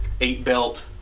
eight-belt